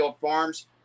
Farms